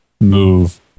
move